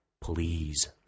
please